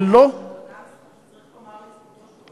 גם צריך לומר לזכותו שהוא העלה את שכר השוטרים.